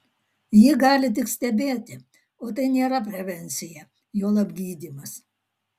ji gali tik stebėti o tai nėra prevencija juolab gydymas